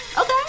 Okay